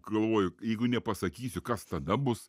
galvoju jeigu nepasakysiu kas tada bus